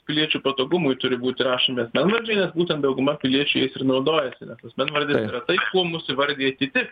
piliečių patogumui turi būti rašomi asmenvardžiai nes būtent dauguma piliečių jais ir naudojasi nes asmenvardis yra tai kuo mus įvardija kiti